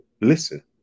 listen